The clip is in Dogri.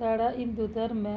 साढ़ा हिन्दू धर्म ऐ